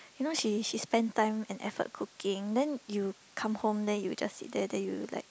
you know she she spend time and effort cooking then you come home then you just sit there then you like